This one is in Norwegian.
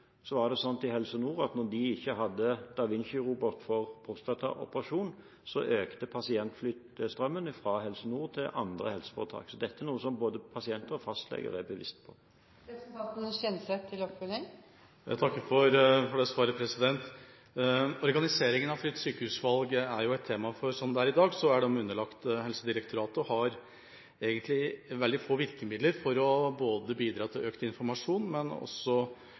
var det slik i Helse Nord at når de ikke hadde da Vinci-robot for prostataoperasjoner, økte pasientstrømmen fra Helse Nord til andre helseforetak. Så dette er noe både pasienter og fastleger er bevisst på. Jeg takker for det svaret. Organiseringen av fritt sykehusvalg er et tema, for slik det er i dag, er de underlagt Helsedirektoratet og har egentlig veldig få virkemidler for å bidra til økt informasjon. Også